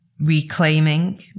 reclaiming